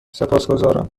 سپاسگزارم